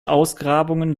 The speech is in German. ausgrabungen